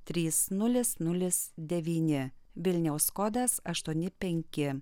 trys nulis nulis devyni vilniaus kodas aštuoni penki